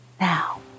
now